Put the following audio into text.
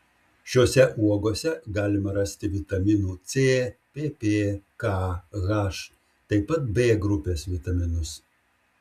šiose uogose galima rasti vitaminų c pp k h taip pat b grupės vitaminus